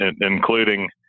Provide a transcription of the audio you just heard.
including